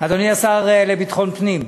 אדוני השר לביטחון פנים,